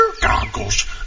goggles